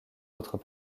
autres